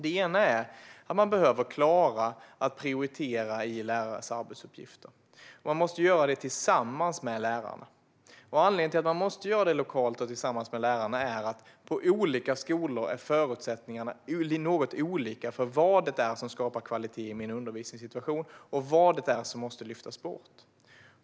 Det ena är att man behöver klara att prioritera i lärares arbetsuppgifter. Man måste göra det tillsammans med lärarna. Anledningen till att man måste göra det lokalt och tillsammans med lärarna är att förutsättningarna på olika skolor är något olika för vad det är som skapar kvalitet i undervisningssituationen och vad det är som måste lyftas bort.